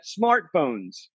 smartphones